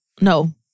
No